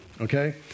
okay